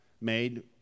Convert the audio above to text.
made